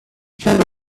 judo